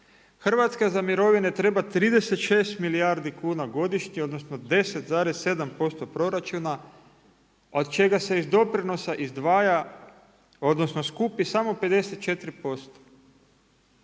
Hrvatska za mirovine treba 36 milijardi kuna godišnje odnosno 10,7% proračuna od čega se iz doprinosa izdvaja odnosno skupi samo 54%.